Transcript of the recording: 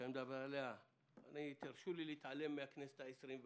שאני מדבר עליה - תרשו לי להתעלם מהכנסת ה-21 בינתיים,